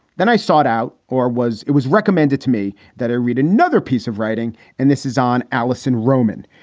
then i sought out or was it was recommended to me that i read another piece of writing and this is on allison roman.